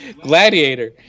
Gladiator